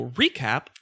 recap